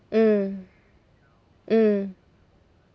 mm mm